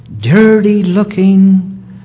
dirty-looking